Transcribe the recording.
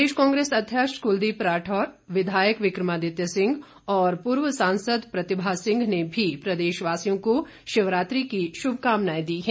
प्रदेश कांग्रेस अध्यक्ष कुलदीप राठौर विधायक विक्रमादित्य सिंह और पूर्व सांसद प्रतिभा सिंह ने भी प्रदेशवासियों को शिवरात्रि की शुभकामनाएं दी है